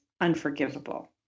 unforgivable